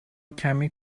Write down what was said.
کمی